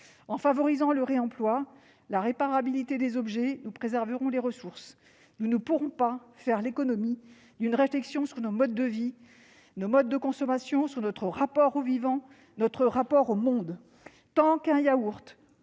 En favorisant le réemploi, la réparabilité des objets, nous préserverons les ressources. Nous ne pourrons pas faire l'économie d'une réflexion sur nos modes de vie et de consommation, sur notre rapport au vivant et au monde. Tant qu'un yaourt